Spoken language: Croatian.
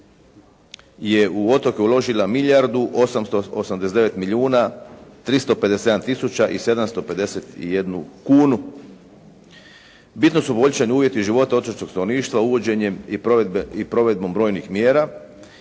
je u otoke uložila milijardu 889 milijuna 357 tisuća i 751 kunu. Bitno su poboljšani uvjeti života otočkog stanovništva uvođenjem i provedbom brojnih mjera.